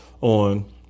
on